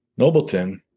Nobleton